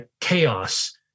chaos